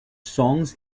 songs